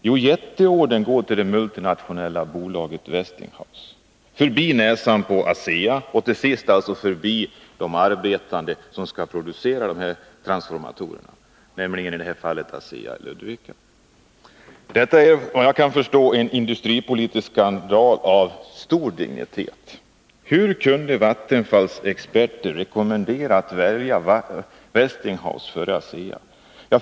Jo, jätteordern går till det multinationella bolaget Westinghouse förbi näsan på ASEA och till sist förbi de arbetare som skulle producera transformatorerna, nämligen de som är anställda på ASEA i Ludvika. Detta är, såvitt jag kan förstå, en industripolitisk skandal av stor dignitet. Hur kunde Vattenfalls experter rekommendera att välja Westinghouse före ASEA?